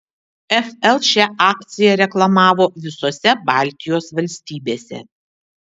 fl šią akciją reklamavo visose baltijos valstybėse